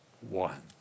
one